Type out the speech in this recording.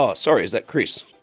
ah sorry, is that chris?